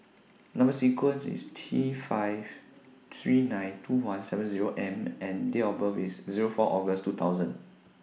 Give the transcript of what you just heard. Number sequence IS T five three nine two one seven Zero M and Date of birth IS Zero four August two thousand